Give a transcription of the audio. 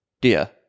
dear